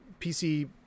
PC